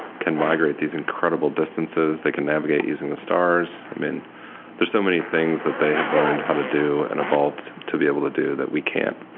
can migrate these incredible distances. they can navigate using the stars. there's so many things that they have learned how to do and evolved to be able to do that we can't,